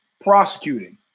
prosecuting